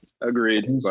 Agreed